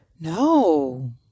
No